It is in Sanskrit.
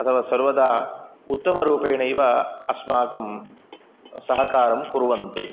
अथवा सर्वदा उत्तमरूपेणैव अस्माकं सहकारं कुर्वन्ति